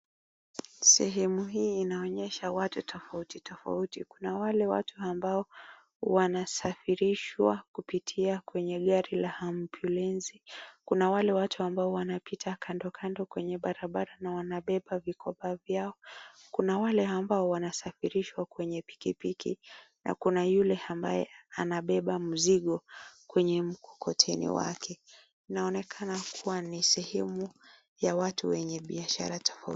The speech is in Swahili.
Sehemu hii inaonyesha watu tofauti tofauti. Kuna wale watu ambao wanasafirishwa kupitia kwenye gari la [Ambulance]. Kuna wale watu ambao wanapita kando kando kwenye barabara na wanabeba vikoba vyao. Kuna wale ambao wanasafirishwa kwenye pikipiki na kuna yule ambaye anabeba mzigo kwenye mkokoteni wake. Inaonekana kua ni sehemu ya watu wenye biashara tofauti.